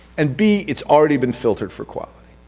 and b. it's already been filtered. for quality.